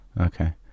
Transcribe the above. Okay